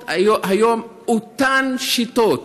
כמה שנעשות היום בדיוק אותן שיטות